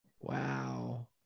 Wow